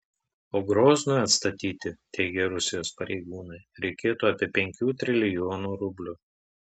o groznui atstatyti teigia rusijos pareigūnai reikėtų apie penkių trilijonų rublių